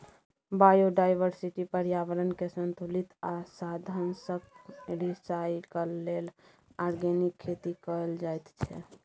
biodiversity, प्रर्याबरणकेँ संतुलित आ साधंशक रिसाइकल लेल आर्गेनिक खेती कएल जाइत छै